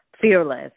Fearless